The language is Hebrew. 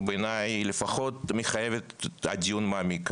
ובעיניי לפחות מחייבת דיון מעמיק.